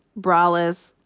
braless,